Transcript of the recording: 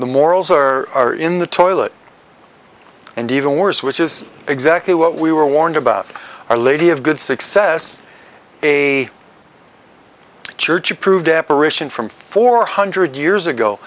the morals are in the toilet and even worse which is exactly what we were warned about our lady of good success a church approved apparition from four hundred years ago